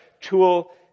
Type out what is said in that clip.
tool